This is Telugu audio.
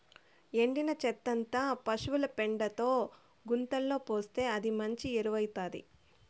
ఎండిన చెత్తంతా పశుల పెండతో గుంతలో పోస్తే అదే మంచి ఎరువౌతాది